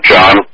John